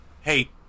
Hey